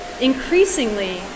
increasingly